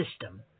system